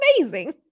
amazing